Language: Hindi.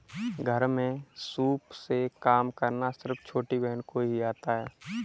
घर में सूप से काम करना सिर्फ छोटी बहन को ही आता है